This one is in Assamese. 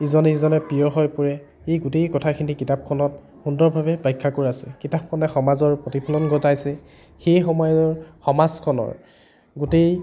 ইজনে সিজনৰ প্ৰিয় হৈ পৰে এই গোটেই কথাখিনি কিতাপখনত সুন্দৰভাৱে ব্যাখ্যা কৰা আছে কিতাপখনে সমাজৰ প্ৰতিফলন ঘটাইছে সেই সময়ৰ সমাজখনৰ গোটেই